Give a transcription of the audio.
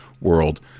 world